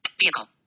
vehicle